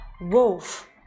wolf